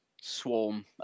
Swarm